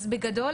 אז בגדול,